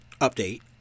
update